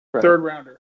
third-rounder